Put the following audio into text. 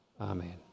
Amen